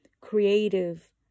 creative